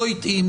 לא התאים,